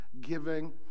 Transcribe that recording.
giving